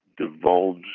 divulge